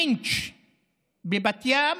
בבת ים,